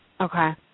Okay